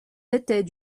étaient